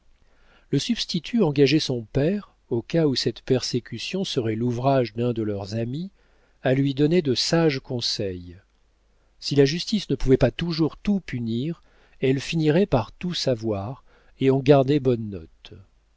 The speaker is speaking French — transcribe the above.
le substitut engageait son père au cas où cette persécution serait l'ouvrage d'un de leurs amis à lui donner de sages conseils si la justice ne pouvait pas toujours tout punir elle finirait par tout savoir et en garder